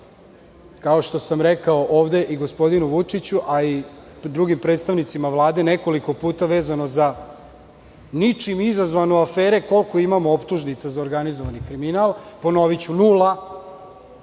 kao što sam rekao ovde i gospodinu Vučiću, a i drugim predstavnicima Vlade, nekoliko puta, vezano za ničim izazvane afere koliko imamo optužnica za organizovani kriminal, ponoviću - nula